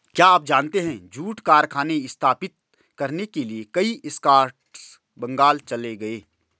क्या आप जानते है जूट कारखाने स्थापित करने के लिए कई स्कॉट्स बंगाल चले गए?